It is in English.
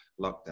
lockdown